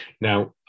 Now